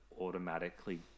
automatically